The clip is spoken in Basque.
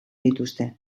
dituzte